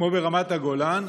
כמו ברמת הגולן,